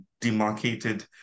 demarcated